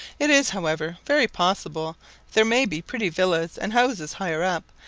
it is, however, very possible there may be pretty villas and houses higher up,